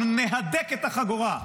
אנחנו נהדק את החגורה,